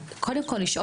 אני רוצה קודם כל לשאול,